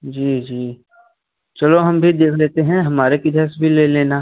जी जी चलो हम भी देख लेते हैं हमारे किधर से भी ले लेना